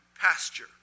pasture